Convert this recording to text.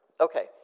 Okay